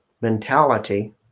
mentality